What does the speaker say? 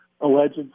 alleged